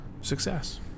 success